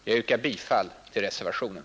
Jag yrkar bifall till reservationen.